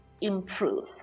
improve